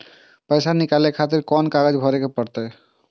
पैसा नीकाले खातिर कोन कागज भरे परतें?